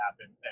happen